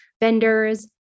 vendors